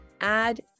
add